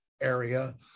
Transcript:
area